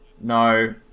no